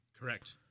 Correct